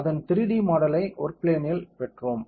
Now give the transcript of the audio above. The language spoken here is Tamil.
அதன் 3 டி மாடலை ஒர்க் பிளேன்னில் பெற்றோம்